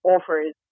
offers